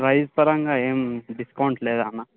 price పరంగా ఏం discount లేదా అన్న